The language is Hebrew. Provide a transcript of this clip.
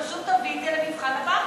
פשוט תביא את זה למבחן הבנקים.